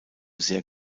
sehr